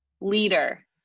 leader